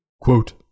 Quote